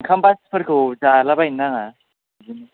ओंखाम बासिफोरखौ जालाबायनो नाङा